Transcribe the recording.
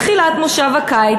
מתחילת מושב הקיץ,